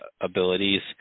abilities